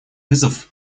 вызов